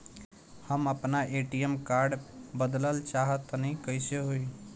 हम आपन ATM card बदलल चाह तनि कइसे होई?